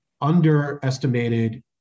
underestimated